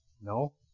No